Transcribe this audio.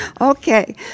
Okay